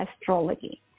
astrology